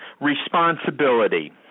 responsibility